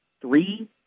three